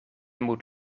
moet